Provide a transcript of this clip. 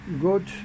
good